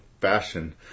fashion